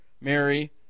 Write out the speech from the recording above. Mary